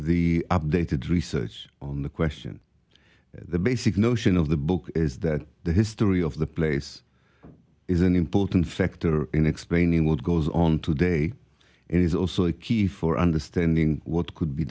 the updated research on the question the basic notion of the book is that the history of the place is an important factor in explaining what goes on today and is also a key for understanding what could be